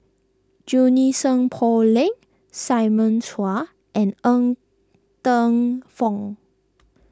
Junie Sng Poh Leng Simon Chua and Ng Teng Fong